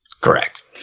Correct